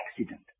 accident